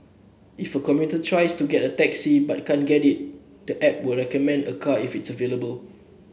if a commuter tries a taxi but can't get it the app will recommend a car if it's available